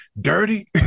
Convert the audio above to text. Dirty